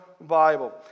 Bible